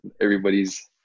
everybody's